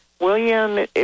William